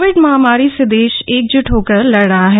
Covid महामारी से देश एकज्ट होकर लड़ रहा है